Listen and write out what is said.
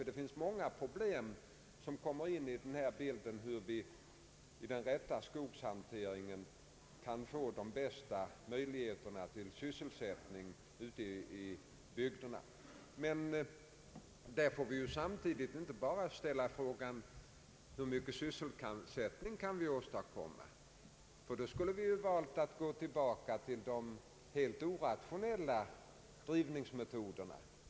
Det är alltså många problem som kommer in i bilden när det gäller hur vi med rätt skogshantering kan få de bästa möjligheterna till sysselsättning ute i bygderna. Vi får inte bara ställa frågan hur mycket sysselsättning vi kan åstadkomma, ty då skulle vi ha valt att gå tillbaka till de tidigare använda helt orationella driftmetoderna.